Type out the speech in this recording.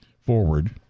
forward